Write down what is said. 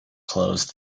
close